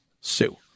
sue